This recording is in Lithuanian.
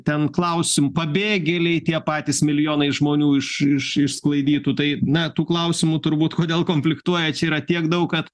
ten klausim pabėgėliai tie patys milijonai žmonių iš iš išsklaidytų tai na tų klausimų turbūt kodėl konfliktuoja čia yra tiek daug kad